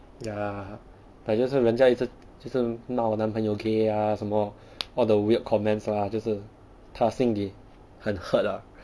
ya lah but 就是人家一直就是骂我男朋友 gay ah 什么 all the weird comments lah 就是他心里很 hurt ah